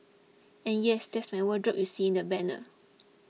and yes that's my wardrobe you see in the banner